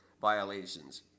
violations